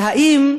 והאם,